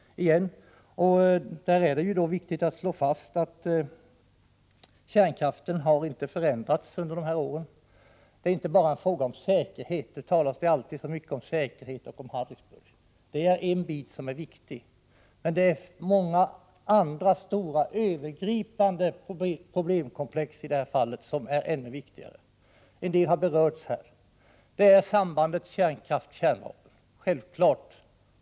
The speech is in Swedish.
Det är då viktigt att slå fast att kärnkraften inte har förändrats under de här åren. Det är inte bara fråga om säkerhet. Det talas alltid så mycket om säkerhet och om Harrisburg. Detta är viktigt, men det finns många andra stora, övergripande problemkomplex som i det här fallet är ännu viktigare. En del har redan berörts. Här ingår självfallet sambandet kärnkraft-kärnvapen.